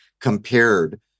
compared